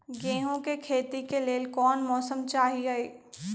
गेंहू के खेती के लेल कोन मौसम चाही अई?